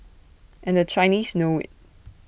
and the Chinese know IT